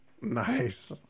Nice